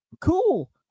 Cool